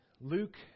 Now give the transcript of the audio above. Luke